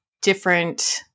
different